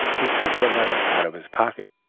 he took a letter out of his pocket